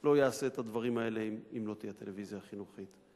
לא יעשה את הדברים האלה אם לא תהיה טלוויזיה חינוכית.